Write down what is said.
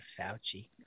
Fauci